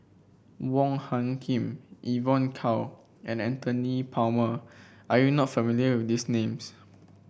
Wong Hung Khim Evon Kow and Michael Anthony Palmer are you not familiar with these names